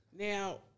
Now